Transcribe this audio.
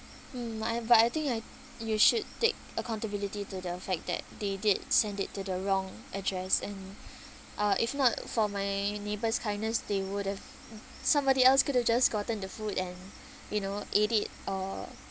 mm m~ I but I think I you should take accountability to the fact that they did send it to the wrong address and uh if not for my neighbour's kindness they would have somebody else could have just gotten the food and you know ate it or